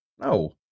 No